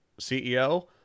ceo